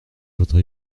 votre